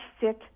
sit